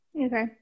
Okay